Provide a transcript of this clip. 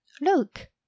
Look